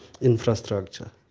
infrastructure